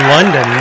London